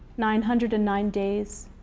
nine hundred and nine days.